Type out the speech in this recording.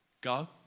Go